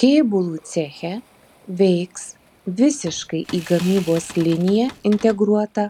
kėbulų ceche veiks visiškai į gamybos liniją integruota